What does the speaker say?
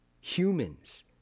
Humans